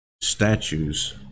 statues